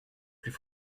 plus